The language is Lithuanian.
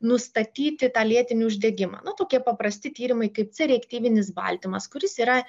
nustatyti tą lėtinį uždegimą na tokie paprasti tyrimai kaip cereaktyvinis baltymas kuris yra